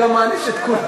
הוא גם מעניש את כולם.